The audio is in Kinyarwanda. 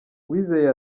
uwizeye